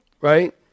right